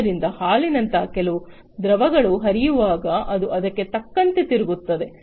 ಆದ್ದರಿಂದ ಹಾಲಿನಂತಹ ಕೆಲವು ದ್ರವಗಳು ಹರಿಯುವಾಗ ಅದು ಅದಕ್ಕೆ ತಕ್ಕಂತೆ ತಿರುಗುತ್ತದೆ